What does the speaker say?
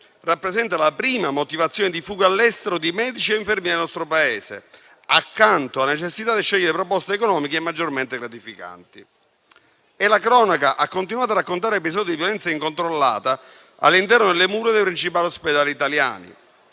rappresenta la prima motivazione di fuga all'estero di medici e infermieri del nostro Paese, accanto alla necessità di scegliere proposte economiche maggiormente gratificanti. La cronaca ha continuato a raccontare episodi di violenza incontrollata all'interno delle mura dei principali ospedali italiani.